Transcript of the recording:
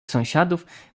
sąsiadów